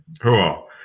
Cool